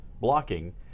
blocking